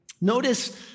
Notice